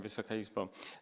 Wysoka Izbo!